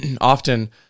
often